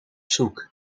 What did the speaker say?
zoek